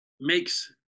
Makes